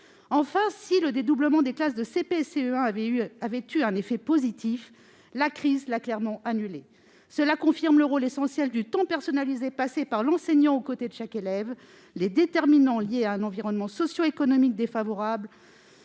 Enfin, si le dédoublement des classes de CP et CE1 avait eu un effet positif, la crise l'a clairement annulé. Cela confirme le rôle essentiel du temps personnalisé passé par l'enseignant aux côtés de chaque élève. Les déterminants liés à un environnement socio-économique défavorable